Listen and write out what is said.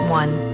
one